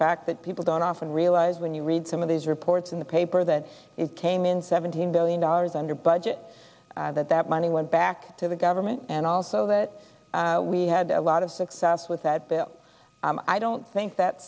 fact that people don't often realize when you read some of these reports in the paper that it came in seventeen billion dollars under budget that that money went back to the government and also that we had a lot of success with that bill i don't think that